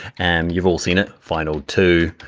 and you've all seen it. final two,